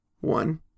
One